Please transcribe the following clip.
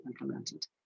implemented